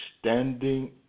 standing